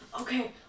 okay